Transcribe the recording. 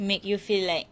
make you feel like